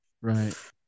Right